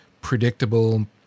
predictable